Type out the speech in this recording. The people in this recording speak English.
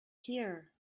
here